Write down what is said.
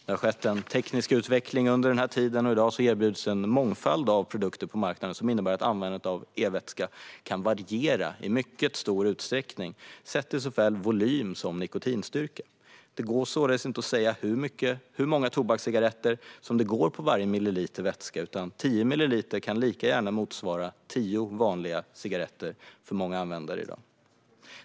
Det har skett en teknisk utveckling under denna tid, och det erbjuds i dag en mångfald av produkter på marknaden som innebär att användandet av e-vätska kan variera i mycket stor utsträckning sett till såväl volym som nikotinstyrka. Det går således inte att säga hur många tobakscigaretter det går på varje milliliter e-vätska, utan tio milliliter kan lika gärna motsvara tio vanliga cigaretter för många användare i dag.